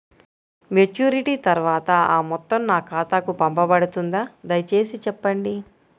Maturity తర్వాత ఆ మొత్తం నా ఖాతాకు పంపబడుతుందా? దయచేసి చెప్పండి?